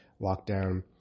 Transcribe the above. lockdown